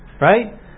Right